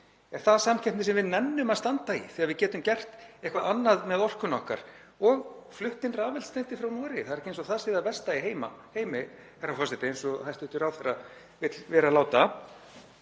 Er það samkeppni sem við nennum að standa í þegar við getum gert eitthvað annað með orkuna okkar og flutt inn rafeldsneyti frá Noregi? Það er ekki eins og það sé það versta í heimi, herra forseti, eins og hæstv. ráðherra vill vera láta.